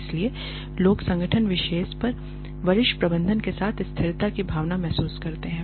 इसलिए लोग संगठन विशेष कर वरिष्ठ प्रबंधन के साथ स्थिरता की भावना महसूस करते हैं